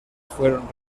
fueron